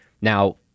Now